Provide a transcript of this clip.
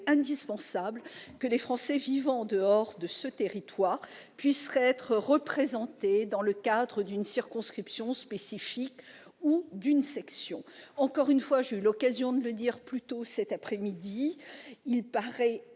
indispensable que les Français vivant en dehors de ce territoire puissent être représentés dans le cadre d'une circonscription spécifique ou d'une section. Encore une fois- j'ai eu l'occasion de le dire cet après-midi -, il paraît